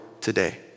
today